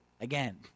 again